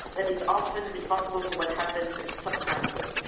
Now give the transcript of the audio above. that is often responsible for what happened some time ago.